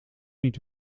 niet